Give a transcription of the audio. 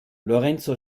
lorenz